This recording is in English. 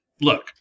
Look